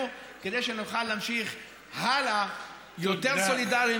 כדי שנוכל להמשיך הלאה יותר סולידריים,